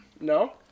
No